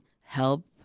help